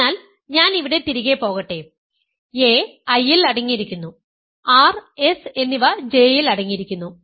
അതിനാൽ ഞാൻ ഇവിടെ തിരികെ പോകട്ടെ a I യിൽ അടങ്ങിയിരിക്കുന്നു r s എന്നിവ J യിൽ അടങ്ങിയിരിക്കുന്നു